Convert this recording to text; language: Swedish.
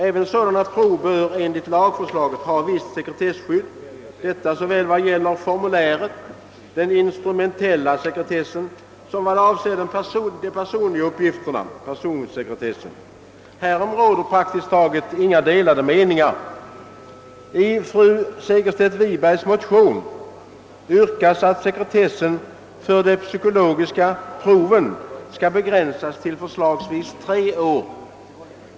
Även sådana prov bör enligt lagförslaget ha visst sekretessskydd — detta såväl vad gäller själva formuläret, d.v.s. beträffande den instrumentella sekretessen, som i vad avser de personliga uppgifterna, personsekretessen. Härom råder praktiskt taget inga delade meningar. I fru Segerstedt Wibergs motion yrkas, att sekretessen för de psykologiska proven skall begränsas till förslagsvis tre år.